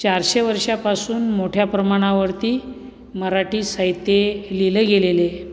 चारशे वर्षापासून मोठ्या प्रमाणावरती मराठी साहित्य हे लिहिलं गेलेलेे आहे